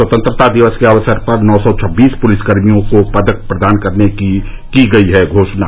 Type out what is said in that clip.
स्वतंत्रता दिवस के अवसर पर नौ सौ छब्बीस पुलिसकर्मियों को पदक प्रदान करने की की गयी है घोषणा